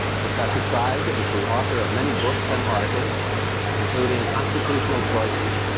professor tribe is the author of many books and articles including constitutional choices,